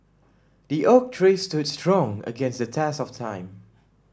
the oak tree stood strong against the test of time